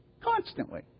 Constantly